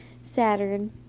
saturn